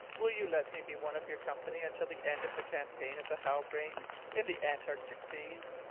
will you let me be one of your company until the end of the campaign of the halbrane in the antarctic seas?